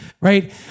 right